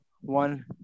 one